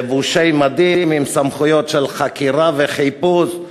לבושי מדים עם סמכויות של חקירה וחיפוש.